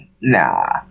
nah